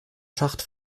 schacht